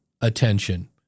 attention